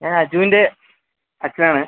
ഞാൻ അജുവിൻ്റെ അച്ഛൻ ആണ്